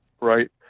Right